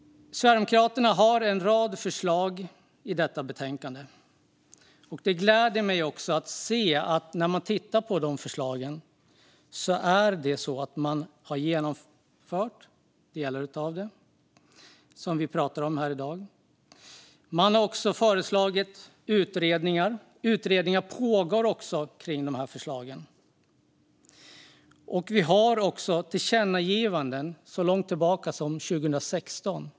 Sverigedemokraterna har en rad förslag i betänkandet, och det gläder mig att delar av dem har genomförts, vilket vi pratar om här i dag. Man har även föreslagit utredningar, och det pågår också utredningar när det gäller förslagen. Vi har också tillkännagivanden som går så långt tillbaka som 2016.